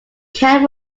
can